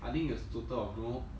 I think it was total of don't know